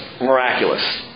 miraculous